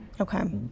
Okay